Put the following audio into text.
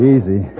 Easy